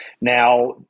Now